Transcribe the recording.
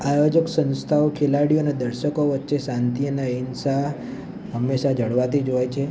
આયોજક સંસ્થાઓ ખેલાડી અને દર્શકો વચ્ચે શાંતિ અને અહિંસા હંમેશા જળવાતી જ હોય છે